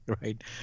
right